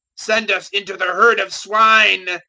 send us into the herd of swine.